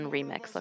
Remix